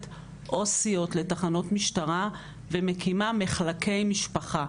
עובדות סוציאליות לתחנות משטרה ומקימה מחלקי משפחה.